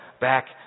back